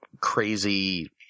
crazy